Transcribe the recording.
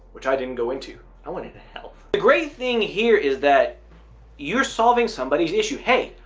which i didn't go into i wanted to help the great thing here is that you're solving somebody's issue. hey,